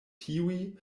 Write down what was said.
tiuj